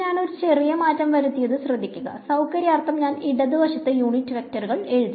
ഞാൻ ഒരു ചെറിയ മാറ്റം വരുത്തിയത് ശ്രദ്ധിക്കുക സൌകര്യാർത്ഥം ഞാൻ ഇടത് വശത്ത് യൂണിറ്റ് വെക്റ്ററുകൾ എഴുതി